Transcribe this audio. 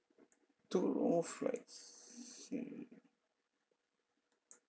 two room flats I see